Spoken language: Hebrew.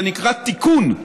זה נקרא תיקון,